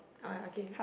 oh okay